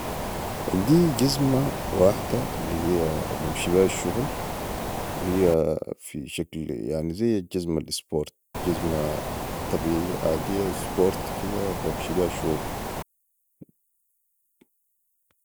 عندي جزمه واحده الهيا بمشي بيها الشغل وهيا في شكل زي الحزمه الاسبورت جزمه طبيعة عاديه اسبورت كده بمشي بيها الشغل